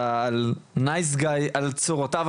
במצבים מאוד